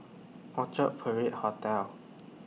Orchard Parade Hotel